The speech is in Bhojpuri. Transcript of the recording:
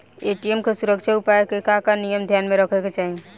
ए.टी.एम के सुरक्षा उपाय के का का नियम ध्यान में रखे के चाहीं?